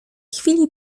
chwili